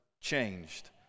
changed